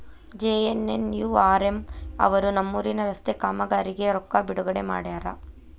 JNNURM ಅವರು ನಮ್ಮೂರಿನ ರಸ್ತೆ ಕಾಮಗಾರಿಗೆ ರೊಕ್ಕಾ ಬಿಡುಗಡೆ ಮಾಡ್ಯಾರ